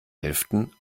hälften